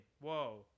Whoa